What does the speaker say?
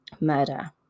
murder